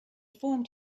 formed